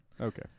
Okay